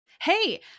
Hey